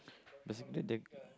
basically the